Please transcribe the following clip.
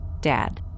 Dad